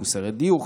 מחוסרי דיור,